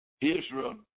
Israel